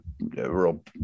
real